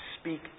speak